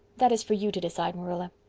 that is for you to decide, marilla.